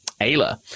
Ayla